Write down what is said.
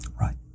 Right